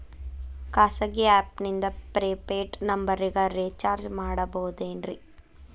ಖಾಸಗಿ ಆ್ಯಪ್ ನಿಂದ prepaid ನಂಬರಿಗ ರೇಚಾರ್ಜ್ ಮಾಡಬಹುದೇನ್ರಿ?